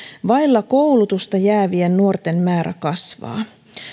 vailla koulutusta jäävien nuorten määrä kasvaa